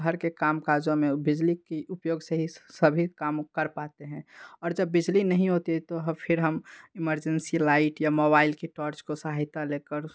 घर के कामकाजों में बिजली की उपयोग से ही सभी काम कर पाते हैं और जब बिजली नहीं होती तो फिर हम इमरजेंसी लाइट या मोबाइल की टॉर्च को सहायता लेकर